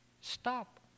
Stop